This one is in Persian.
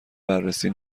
بررسی